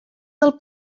del